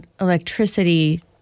electricity